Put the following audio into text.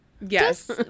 yes